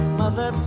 mother